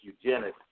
eugenics